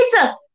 Jesus